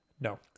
no